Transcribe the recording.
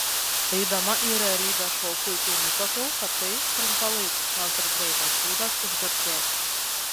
eidama į realybės šou puikiai nutuokiau kad tai trumpalaikis nors ir greitas būdas išgarsėti